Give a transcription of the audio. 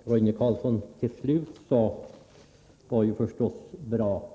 Herr talman! Vad Roine Carlsson till slut sade var förstås bra.